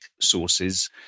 sources